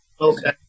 Okay